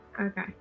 Okay